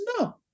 no